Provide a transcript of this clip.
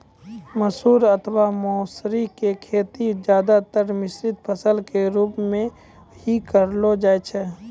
मसूर अथवा मौसरी के खेती ज्यादातर मिश्रित फसल के रूप मॅ हीं करलो जाय छै